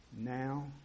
Now